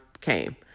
came